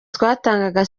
twatangaga